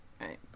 Right